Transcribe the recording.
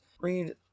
Read